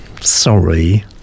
Sorry